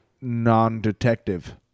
non-detective